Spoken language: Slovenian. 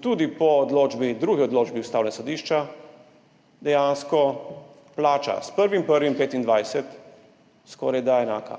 tudi po drugi odločbi Ustavnega sodišča dejansko plača s 1. 1. 2025 skorajda enaka.